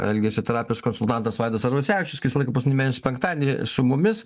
elgesio terapijos konsultantas vaidas arvasevičius kaip visą laiką paskutinį mėnesio penktadienį su mumis